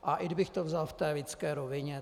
A i kdybych to vzal v té lidské rovině.